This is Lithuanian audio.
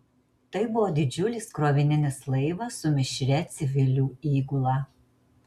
tai buvo didžiulis krovininis laivas su mišria civilių įgula